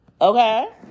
Okay